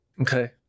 Okay